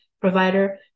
provider